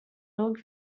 nog